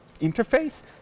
interface